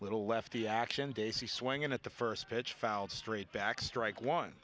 little lefty action daisey swinging at the first pitch foul straight back strike one